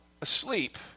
asleep